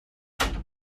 there